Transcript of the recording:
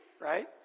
Right